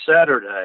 Saturday